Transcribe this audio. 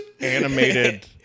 animated